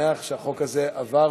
התשע"ז 2017,